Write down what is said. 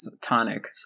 Tonic